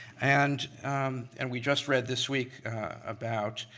and and we just read this week about,